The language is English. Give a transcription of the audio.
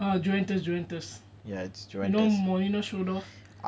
ah juventus juventus you know mourinho show off